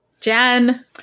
Jen